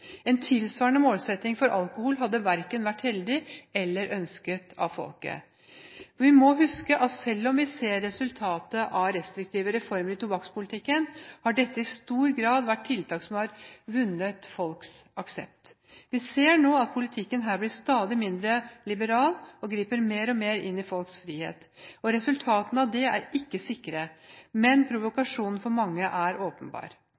En tilsvarende målsetting for alkohol hadde verken vært heldig eller ønsket av folket. For vi må huske at selv om vi ser resultater av restriktive reformer i tobakkspolitikken, har dette i stor grad vært tiltak som har vunnet folks aksept. Vi ser nå at politikken her blir stadig mindre liberal og griper mer og mer inn i folks frihet. Resultatene av det er ikke sikre, men provokasjonen for mange er åpenbar.